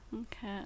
Okay